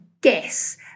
guess